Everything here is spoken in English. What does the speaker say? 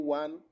one